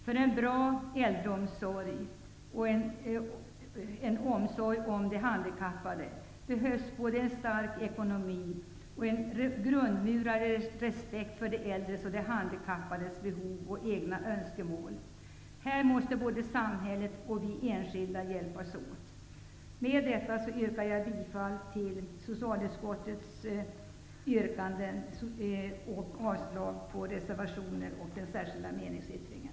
För en bra äldreomsorg och omsorg om de handikappade behövs både en stark ekonomi och en grundmurad respekt för de äldres och de handikappades behov och egna önskemål. Här måste både samhället och vi enskilda hjälpas åt. Med detta yrkar jag bifall till socialutskottets hemställan och avslag på reservationen och den särskilda meningsyttringen.